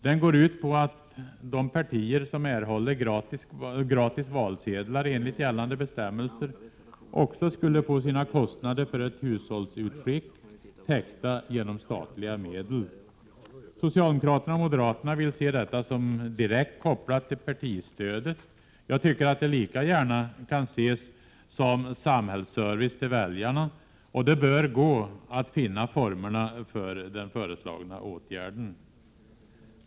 Den går ut på att de partier som erhållit gratis valsedlar enligt gällande bestämmelser också skulle få sina kostnader för ett hushållsutskick täckta genom statliga medel. Socialdemokraterna och moderaterna vill se detta som direkt kopplat till partistödet. Jag tycker att det lika gärna kan ses som samhällsservice till väljarna och det bör gå att finna formerna för den föreslagna åtgärden.